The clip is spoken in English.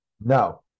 No